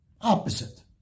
opposite